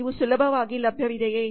ಇವು ಸುಲಭವಾಗಿ ಲಭ್ಯವಿದೆಯೇ